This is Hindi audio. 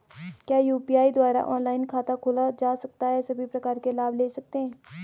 क्या यु.पी.आई द्वारा ऑनलाइन खाता खोला जा सकता है सभी प्रकार के लाभ ले सकते हैं?